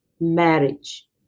marriage